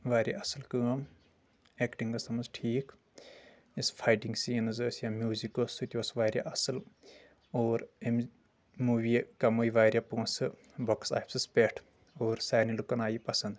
واریاہ اصل کٲم اٮ۪کٹنٛگ ٲس تَتھ منٛز ٹھیٖک یس فایٹنٛگ سیٖنز ٲسۍ یا میوٗزک اوس سہُ تہِ اوس واریاہ اصل اور امہِ موٗویہِ کمٲے واریاہ پۄنٛسہٕ بۄکٕس آفسس پٮ۪ٹھ اور سارنی لُکن آے یہِ پسنٛد